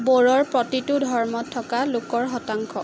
বৰ'ৰ প্ৰতিটো ধৰ্মত থকা লোকৰ শতাংশ